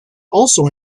also